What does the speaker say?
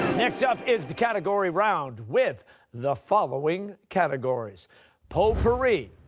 next up is the category round, with the following categories poe-pourri,